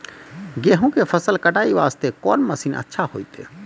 गेहूँ के फसल कटाई वास्ते कोंन मसीन अच्छा होइतै?